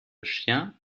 chien